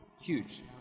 Huge